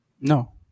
No